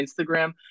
Instagram